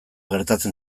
gertatzen